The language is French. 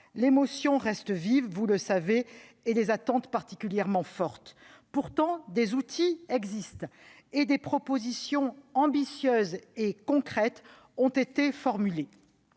l'émotion reste vive- vous le savez -et les attentes demeurent particulièrement fortes. Pourtant, des outils existent et des propositions ambitieuses et concrètes ont été formulées.